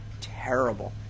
terrible